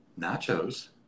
Nacho's